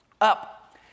up